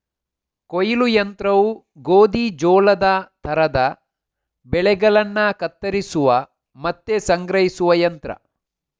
ಕೊಯ್ಲು ಯಂತ್ರವು ಗೋಧಿ, ಜೋಳದ ತರದ ಬೆಳೆಗಳನ್ನ ಕತ್ತರಿಸುವ ಮತ್ತೆ ಸಂಗ್ರಹಿಸುವ ಯಂತ್ರ